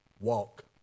Walk